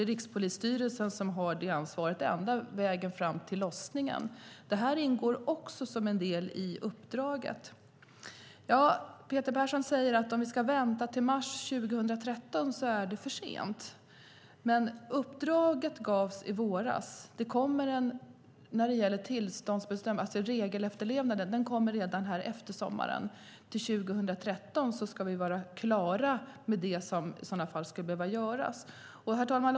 Rikspolisstyrelsen har det ansvaret ända fram till lossningen. Också detta ingår som en del i uppdraget. Peter Persson säger att det blir för sent om vi ska vänta till mars 2013. Men uppdraget gavs i våras. Detta med regelefterlevnaden kommer redan efter sommaren. Till år 2013 ska vi vara klara med det som i sådana fall skulle behöva göras. Herr talman!